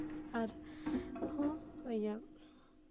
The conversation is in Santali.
ᱟᱨ ᱦᱚᱸ ᱤᱭᱟᱹ